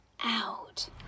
out